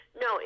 No